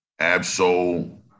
Absol